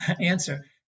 answer